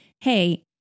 Hey